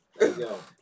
yo